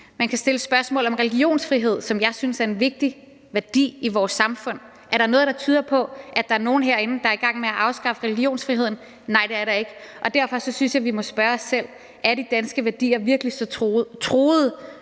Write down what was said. Man kan stille spørgsmål om religionsfrihed, som jeg synes er en vigtig værdi i vores samfund. Er der noget, der tyder på, at der er nogen herinde, der er i gang med at afskaffe religionsfriheden? Nej, det er der ikke. Og derfor synes jeg, vi må spørge os selv: Er de danske værdier virkelig så truede,